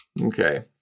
Okay